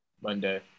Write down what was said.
monday